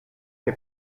che